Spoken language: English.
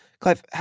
Clive